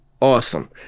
awesome